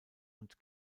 und